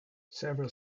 several